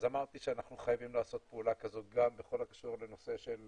אמרתי שאנחנו חייבים לעשות פעולה כזאת גם בכל הקשור לנושא של